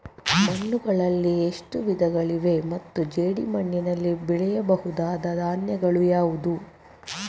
ಮಣ್ಣುಗಳಲ್ಲಿ ಎಷ್ಟು ವಿಧಗಳಿವೆ ಮತ್ತು ಜೇಡಿಮಣ್ಣಿನಲ್ಲಿ ಬೆಳೆಯಬಹುದಾದ ಧಾನ್ಯಗಳು ಯಾವುದು?